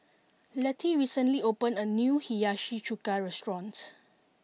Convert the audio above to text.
Letty recently opened a new Hiyashi Chuka restaurants